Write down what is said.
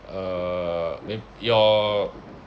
uh eh your